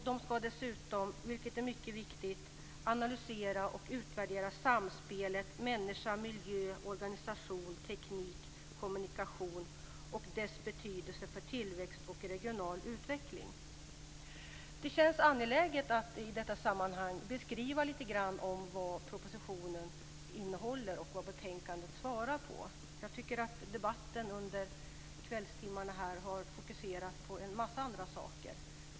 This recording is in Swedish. Man ska också, vilket är mycket viktigt, analysera och utvärdera samspelet mellan människa, miljö, organisation, teknik och kommunikation och deras betydelse för tillväxt och regional utveckling. Det känns angeläget att i detta sammanhang lite grann beskriva propositionens innehåll och vilka svar som ges i betänkandet. Jag tycker att debatten under kvällstimmarna har fokuserat på en mängd andra saker.